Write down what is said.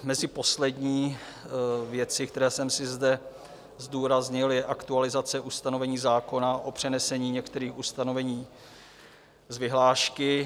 Mezi poslední věci, které jsem si zde zdůraznil, je aktualizace ustanovení zákona o přenesení některých ustanovení z vyhlášky.